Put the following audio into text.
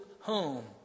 home